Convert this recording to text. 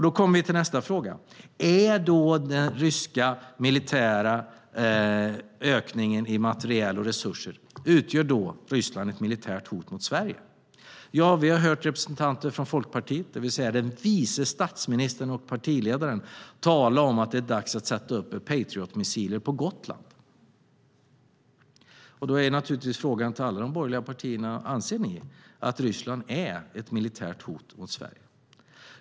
Då kommer vi till nästa fråga. Med den ryska militära ökningen i materiel och resurser, utgör då Ryssland ett militärt hot mot Sverige? Vi har hört en representant från Folkpartiet, det vill säga vice statsministern och partiledaren, tala om att det är dags att sätta upp Patriotmissiler på Gotland. Då är frågan till alla de borgerliga partierna: Anser ni att Ryssland är ett militärt hot mot Sverige?